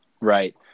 Right